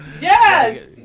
Yes